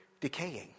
decaying